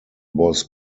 was